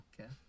okay